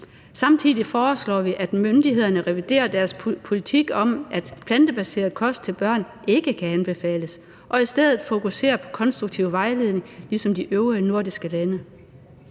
Samtidig foreslår vi, at myndighederne reviderer deres politik om, at plantebaseret kost til børn ikke kan anbefales, og i stedet fokuserer på konstruktiv vejledning ligesom de øvrige nordiske lande.